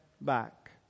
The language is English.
back